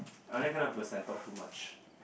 i'm that kind of person I talk too much